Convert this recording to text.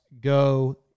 go